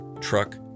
truck